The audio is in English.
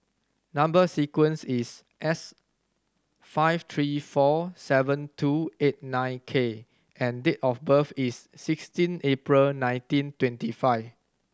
number sequence is S five three four seven two eight nine K and date of birth is sixteen April nineteen twenty five